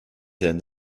denn